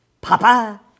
Papa